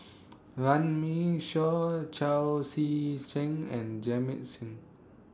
Runme Shaw Chao Tzee Cheng and Jamit Singh